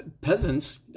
peasants